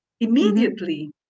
Immediately